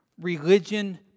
Religion